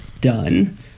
done